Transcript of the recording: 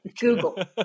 Google